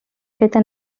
feta